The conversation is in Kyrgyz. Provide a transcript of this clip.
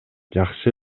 жакшы